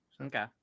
okay